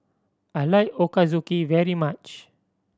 I like Ochazuke very much